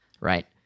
right